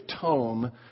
tome